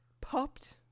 popped